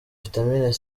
vitamini